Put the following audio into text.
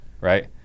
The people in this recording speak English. Right